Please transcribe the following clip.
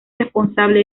responsable